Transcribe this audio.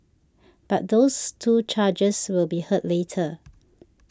but those two charges will be heard later